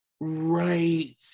right